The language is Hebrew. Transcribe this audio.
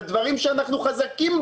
בדברים בהם אנחנו חזקים,